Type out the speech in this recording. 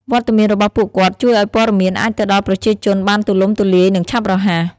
វត្តមានរបស់ពួកគាត់ជួយឲ្យព័ត៌មានអាចទៅដល់ប្រជាជនបានទូលំទូលាយ និងឆាប់រហ័ស។